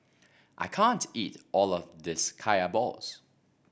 I can't eat all of this Kaya Balls